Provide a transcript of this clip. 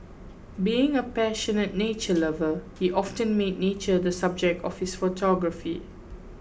being a passionate nature lover he often made nature the subject of his photography